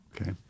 Okay